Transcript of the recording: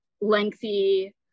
lengthy